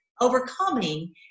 overcoming